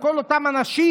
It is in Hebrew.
לכל אותם אנשים,